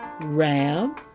ram